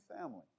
family